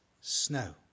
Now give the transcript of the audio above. snow